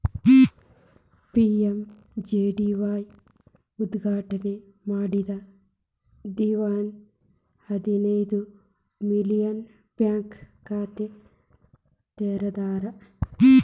PMJDY ಉದ್ಘಾಟನೆ ಮಾಡಿದ್ದ ದಿವ್ಸಾನೆ ಹದಿನೈದು ಮಿಲಿಯನ್ ಬ್ಯಾಂಕ್ ಖಾತೆ ತೆರದಾರ್